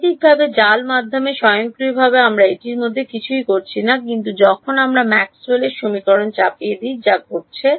গাণিতিকভাবে জাল মাধ্যমে স্বয়ংক্রিয়ভাবে আমরা এটির জন্য কিছুই করছি না কিন্তু যখন আমরা ম্যাক্সওয়েলের Maxwell'sসমীকরণ চাপিয়ে দিই যা ঘটছে